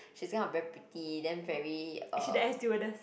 she's one of those pretty then very um